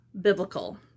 biblical